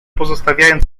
pozostawiając